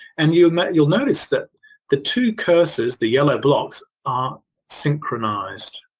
and you'll you'll notice the the two cursors, the yellow blocks are synchronised.